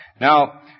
Now